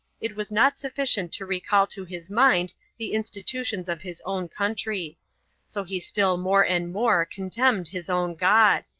it was not sufficient to recall to his mind the institutions of his own country so he still more and more contemned his own god,